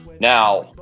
Now